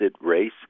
race